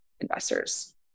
Investors